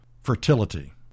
fertility